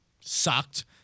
sucked